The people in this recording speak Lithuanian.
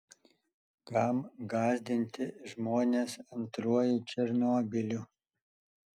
kam gąsdinti žmones antruoju černobyliu